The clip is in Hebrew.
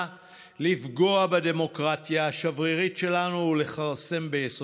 לפגוע בדמוקרטיה השברירית שלנו ולכרסם ביסודותיה.